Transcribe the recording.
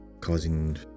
causing